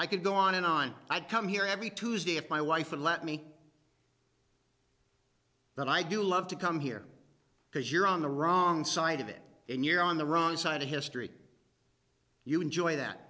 i could go on and on i come here every tuesday if my wife and let me but i do love to come here because you're on the wrong side of it and you're on the wrong side of history you enjoy that